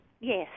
Yes